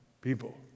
people